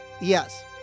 Yes